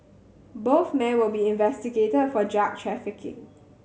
both men will be investigated for drug trafficking